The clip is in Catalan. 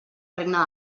regne